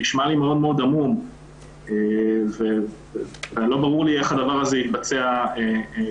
הוא נשמע עמום ולא ברור איך זה יתבצע בפועל.